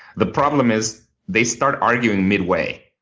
the problem is they start arguing midway.